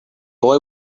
boy